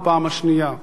בפעם השנייה,